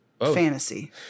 Fantasy